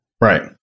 Right